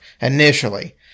initially